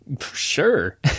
Sure